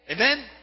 Amen